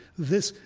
this,